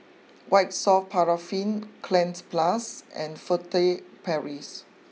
White soft Paraffin Cleanz Plus and Furtere Paris